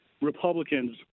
Republicans